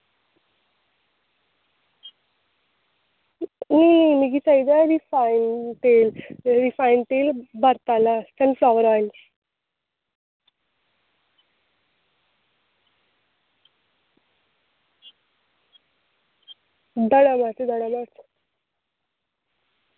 नेईं मिगी चाहिदी रिफाईंड तेल रिफाईंल तेल बरत आह्ला सनफ्लावर आयल